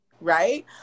right